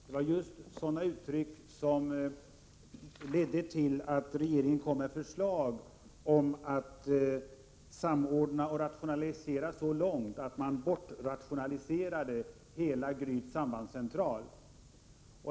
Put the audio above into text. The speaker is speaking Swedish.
Det var just sådana uttryck som ledde till att regeringen kom med förslag om att samordna och rationalisera så långt att man bortrationaliserade hela Gryts sambandscentral.